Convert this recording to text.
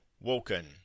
woken